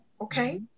Okay